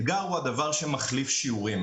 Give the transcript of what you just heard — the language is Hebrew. אתגר הוא הדבר שמחליף ששיעורים.